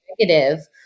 negative